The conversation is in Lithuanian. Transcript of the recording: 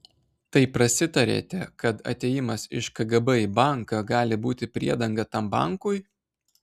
tai prasitarėte kad atėjimas iš kgb į banką gali būti priedanga tam bankui